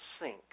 sink